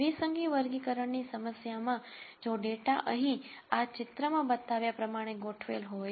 દ્વિસંગી વર્ગીકરણ સમસ્યામાં જો ડેટા અહીં આ ચિત્રમાં બતાવ્યા પ્રમાણે ગોઠવેલ હોય